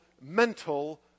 mental